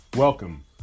Welcome